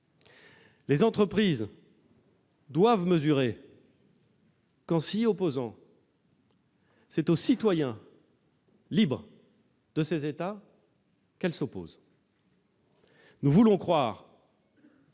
Les entreprises doivent mesurer que, en s'y opposant, c'est aux citoyens libres de ces États qu'elles s'opposent. Nous voulons vraiment